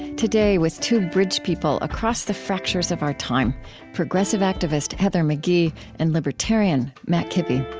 today, with two bridge people across the fractures of our time progressive activist heather mcghee and libertarian matt kibbe